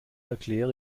erkläre